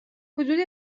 حدود